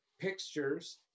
pictures